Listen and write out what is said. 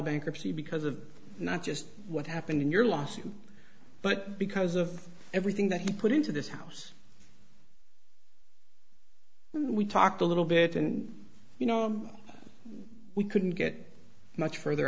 bankruptcy because of not just what happened in your lawsuit but because of everything that he put into this house we talked a little bit and you know we couldn't get much further